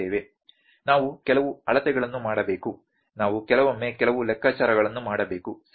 ನಾವು ಕೆಲವು ಅಳತೆಗಳನ್ನು ಮಾಡಬೇಕು ನಾವು ಕೆಲವೊಮ್ಮೆ ಕೆಲವು ಲೆಕ್ಕಾಚಾರಗಳನ್ನು ಮಾಡಬೇಕು ಸರಿ